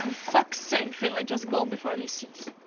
fuck's sake, finley! just go before and he sees.